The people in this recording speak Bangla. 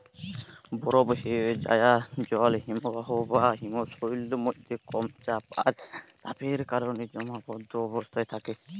বরফ হোয়ে যায়া জল হিমবাহ বা হিমশৈলের মধ্যে কম চাপ আর তাপের কারণে জমাটবদ্ধ অবস্থায় থাকে